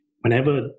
whenever